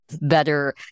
better